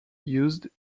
used